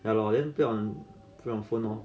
ya lor then 不用不用 phone lor